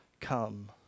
come